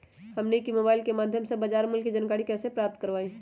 हमनी के मोबाइल के माध्यम से बाजार मूल्य के जानकारी कैसे प्राप्त करवाई?